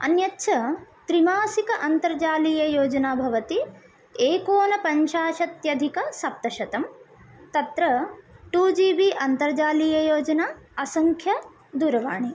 अन्यच्च त्रिमासिक अन्तर्जालीययोजना भवति एकोनपञ्चाशत्यधिकसप्तशतं तत्र टू जी बी अन्तर्जालीययोजना असङ्ख्यदूरवाणी